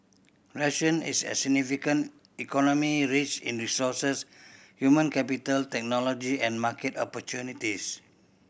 Russia is a significant economy rich in resources human capital technology and market opportunities